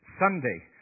Sunday